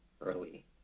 Early